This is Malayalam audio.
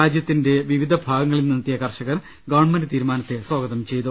രാജ്യ ത്തിന്റെ വിവിധ ഭാഗങ്ങളിൽനിന്നെത്തിയ കർഷകർ ഗവൺമെന്റ് തീരു മാനത്തെ സ്വാഗതം ചെയ്തു